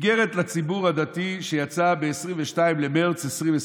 איגרת לציבור הדתי שיצאה ב-22 במרץ 2021: